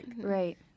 Right